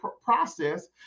process